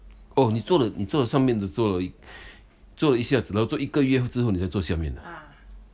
oh 你做了你做了上面的做了一做了一下子了做一个月之后你才做下面啊